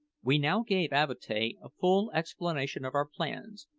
we now gave avatea a full explanation of our plans,